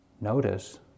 notice